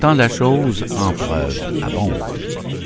tant la chose en preuves abonde